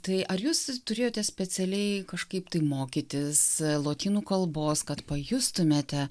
tai ar jūs turėjote specialiai kažkaip tai mokytis lotynų kalbos kad pajustumėte